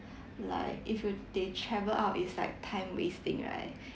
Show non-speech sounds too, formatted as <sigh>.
like if you they travel out is like time wasting right <breath>